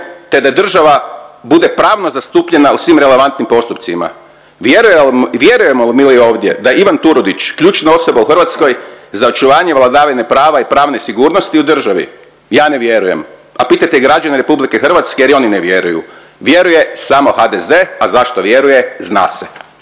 te da država bude pravno zastupljena u svim relevantnim postupcima. Vjerujemo li mi ovdje da je Ivan Turudić ključna osoba u Hrvatskoj za očuvanje vladavine prava i pravne sigurnosti u državi, ja ne vjerujem, a pitajte građane Republike Hrvatske jer i oni ne vjeruju. Vjeruje samo HDZ, a zašto vjeruje „zna se“.